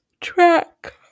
track